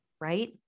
right